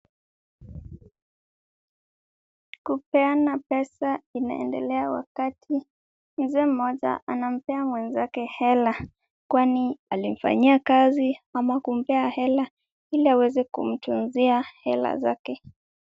Kupeana pesa inaendelea wakati mzee mmoja anampea mwenzake hela, kwani alimfanyia kazi ama kumpea hela ili aweze kumtunzia hela zake.